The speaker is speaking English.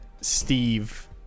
Steve